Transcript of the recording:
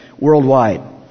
worldwide